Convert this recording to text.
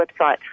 website